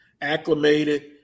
acclimated